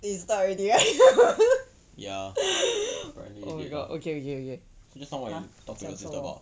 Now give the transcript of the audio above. ya just now what talk to your sis about